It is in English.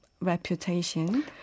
reputation